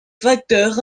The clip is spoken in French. facteurs